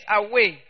away